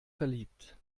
verliebt